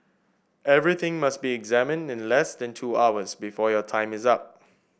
everything must be examined in less than two hours before your time is up